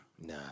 Nah